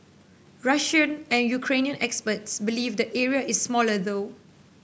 Russian and Ukrainian experts believe the area is smaller though